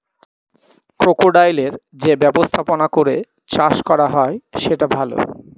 ক্রোকোডাইলের যে ব্যবস্থাপনা করে চাষ করা হয় সেটা ভালো